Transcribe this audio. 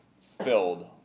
filled